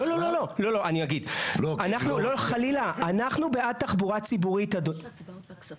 לא, חלילה, אנחנו בעד תחבורה ציבורית, אדוני.